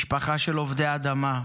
משפחה של עובדי אדמה,